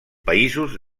països